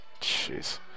Jeez